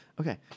okay